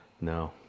No